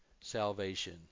salvation